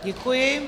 Děkuji.